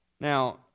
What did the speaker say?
Now